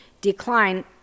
decline